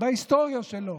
בהיסטוריה שלו,